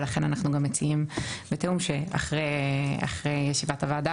ולכן אנחנו גם מציעים בתיאום שאחרי ישיבת הוועדה